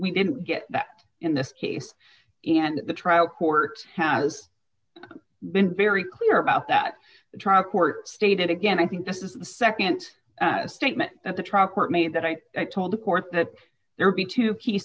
we didn't get that in this case and the trial court has been very clear about that the trial court stated again i think this is the nd statement that the trial court made that i told the court that there be two key